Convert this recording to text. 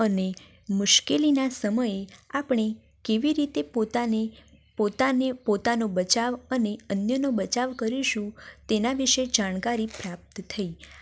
અને મુશ્કેલીના સમયે આપણે કેવી રીતે પોતાને પોતાને પોતાનો બચાવ અને અન્યનો બચાવ કરીશું તેનાં વિશે જાણકારી પ્રાપ્ત થઈ